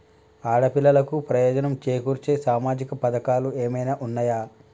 ఆడపిల్లలకు ప్రయోజనం చేకూర్చే సామాజిక పథకాలు ఏమైనా ఉన్నయా?